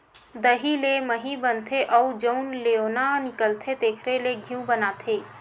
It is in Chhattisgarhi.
दही ले मही बनथे अउ जउन लेवना निकलथे तेखरे ले घींव बनाथे